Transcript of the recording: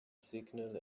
signal